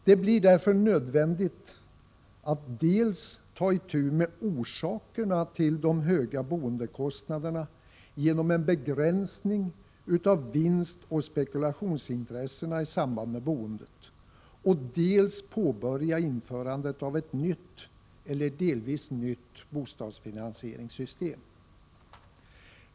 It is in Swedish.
Det blir därför nödvändigt att dels ta itu med orsakerna till de höga boendekostnaderna genom en begränsning av vinstoch spekulationsintressena i samband med boendet, dels börja införa ett nytt eller delvis nytt bostadsfinansieringssystem.